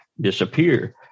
disappear